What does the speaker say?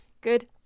Good